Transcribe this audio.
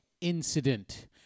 incident